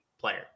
player